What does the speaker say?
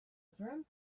dreamt